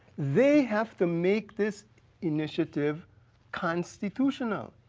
they have to make this initiative constitutional.